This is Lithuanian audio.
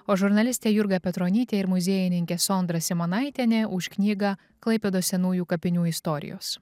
o žurnalistė jurga petronytė ir muziejininkė sondra simanaitienė už knygą klaipėdos senųjų kapinių istorijos